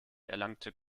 erlangte